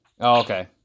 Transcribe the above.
Okay